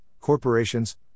corporations